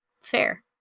Fair